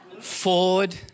Ford